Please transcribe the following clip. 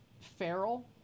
feral